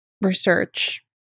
research